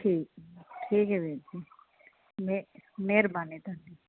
ਠੀਕ ਠੀਕ ਹੈ ਵੀਰ ਜੀ ਮਿਹਰਬਾਨੀ ਤੁਹਾਡੀ